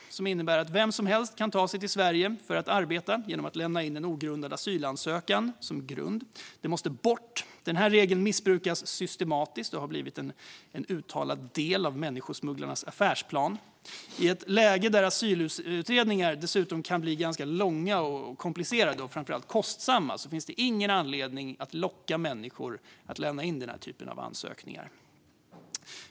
Spårbytet innebär att vem som helst kan ta sig till Sverige för att arbeta genom att lämna in en ogrundad asylansökan som grund, och den regeln missbrukas systematiskt. Det har blivit en uttalad del av människosmugglarnas affärsplan. I ett läge där asylutredningar dessutom kan bli ganska långa, komplicerade och framför allt kostsamma finns det ingen anledning att locka människor att lämna in den här typen av ansökningar.